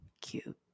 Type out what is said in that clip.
Cute